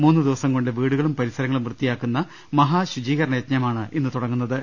മൂന്നുദിവസം കൊണ്ട് വീടുകളും പരിസര ങ്ങളും വൃത്തിയാക്കുന്ന മഹാ ശുചീകരണ യജ്ഞമാണ് ഇന്ന് തുടങ്ങുന്ന ത്